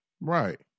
Right